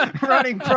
running